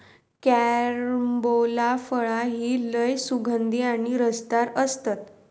carambola फळा ही लय सुगंधी आणि रसदार असतत